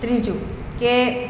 ત્રીજું કે